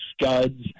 scuds